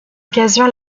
occasion